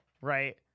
right